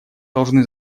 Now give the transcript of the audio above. должны